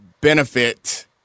benefit